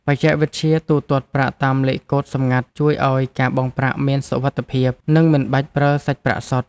បច្ចេកវិទ្យាទូទាត់ប្រាក់តាមលេខកូដសម្ងាត់ ជួយឱ្យការបង់ប្រាក់មានសុវត្ថិភាព និងមិនបាច់ប្រើសាច់ប្រាក់សុទ្ធ។